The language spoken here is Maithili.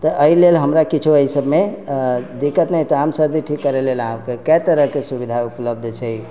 तऽ एहिलेल हमरा किछो एहिसबमे दिक्कत नहि तऽ आम सर्दी ठीक करए लए अहाँके कए तरह के सुविधा उपलब्ध छै